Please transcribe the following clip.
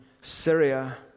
Syria